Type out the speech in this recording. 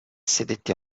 sedette